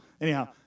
Anyhow